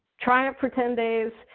try it for ten days.